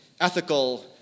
ethical